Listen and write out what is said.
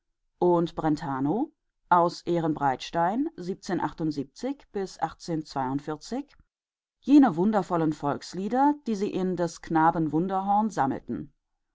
und brentano aus ehrenbreitstein bis jene wundervollen volkslieder die sie in des knaben wunderhorn sammelten